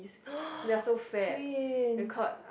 twins